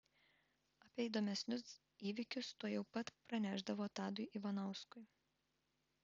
apie įdomesnius įvykius tuojau pat pranešdavo tadui ivanauskui